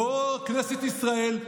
לא כנסת ישראל,